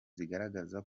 zigaragaza